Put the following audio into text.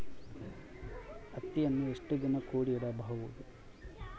ಹತ್ತಿಯನ್ನು ಎಷ್ಟು ದಿನ ಕೂಡಿ ಇಡಬಹುದು?